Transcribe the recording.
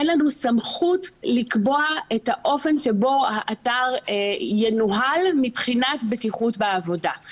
אין לנו סמכות לקבוע את האופן שבו האתר ינוהל מבחינת בטיחות בעבודה.